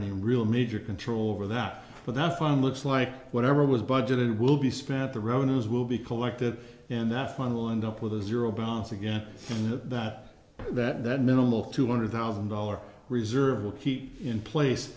any real major control over that but that's fine looks like whatever was budgeted will be spent the revenues will be collected and that fund will end up with a zero balance again and that that that that minimal two hundred thousand dollars reserve will keep in place